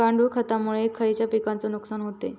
गांडूळ खतामुळे खयल्या पिकांचे नुकसान होते?